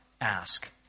ask